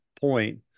point